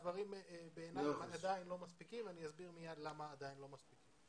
בעיניי הדברים עדיין לא מספיקים ואני אסביר מיד למה הם לא מספיקים.